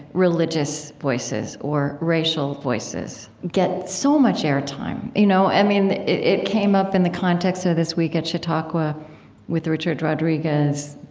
religious voices, or racial voices get so much airtime, you know, i mean, it came up in the context of this week at chautauqua with richard rodriguez,